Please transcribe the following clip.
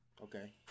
Okay